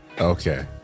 Okay